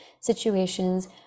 situations